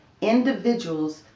individuals